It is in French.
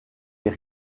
est